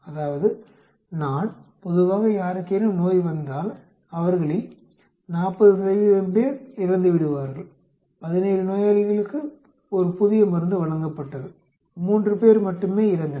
அதாவது நான் பொதுவாக யாருக்கேனும் நோய் வந்தால் அவர்களில் 40 பேர் இறந்துவிடுவார்கள் 17 நோயாளிகளுக்கு ஒரு புதிய மருந்து வழங்கப்பட்டது 3 பேர் மட்டுமே இறந்தனர்